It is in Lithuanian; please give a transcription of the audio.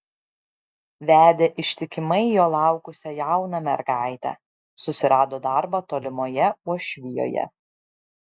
vedė ištikimai jo laukusią jauną mergaitę susirado darbą tolimoje uošvijoje